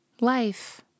life